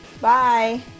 Bye